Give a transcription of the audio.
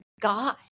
God